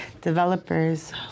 developers